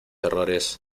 errores